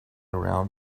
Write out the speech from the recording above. round